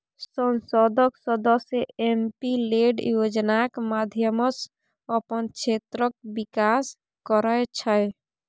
संसदक सदस्य MP lad योजनाक माध्यमसँ अपन क्षेत्रक बिकास करय छै